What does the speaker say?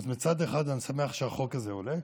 אז מצד אחד אני שמח שהחוק הזה עולה